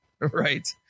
Right